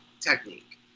technique